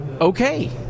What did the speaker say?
okay